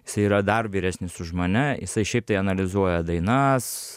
jisai yra dar vyresnis už mane jisai šiaip tai analizuoja dainas